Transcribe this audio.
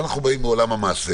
אבל אנחנו באים מעולם המעשה,